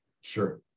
sure